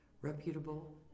reputable